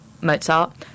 Mozart